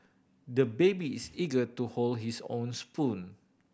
the baby is eager to hold his own spoon